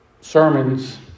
sermons